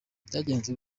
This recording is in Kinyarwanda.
byagenze